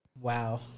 Wow